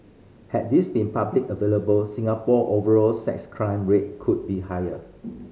had these been publicly available Singapore overall sex crime rate could be higher